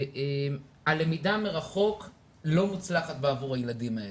הלמידה מרחוק לא מוצלחת בעבור הילדים האלה.